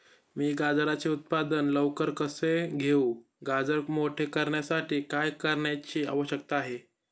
मी गाजराचे उत्पादन लवकर कसे घेऊ? गाजर मोठे करण्यासाठी काय करण्याची आवश्यकता आहे?